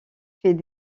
fait